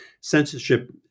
censorship